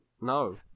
No